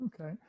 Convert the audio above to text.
Okay